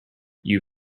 you